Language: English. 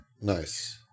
Nice